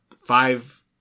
five